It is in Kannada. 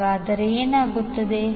ಹಾಗಾದರೆ ಏನಾಗುತ್ತದೆ